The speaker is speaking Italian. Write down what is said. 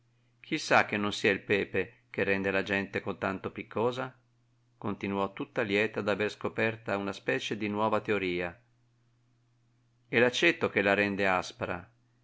sa che non sia il pepe che rende la gente cotanto piccosa continuò tutta lieta d'aver scoperta una specie di nuova teoria è l'aceto che la rende aspra è